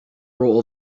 rule